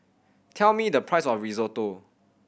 tell me the price of Risotto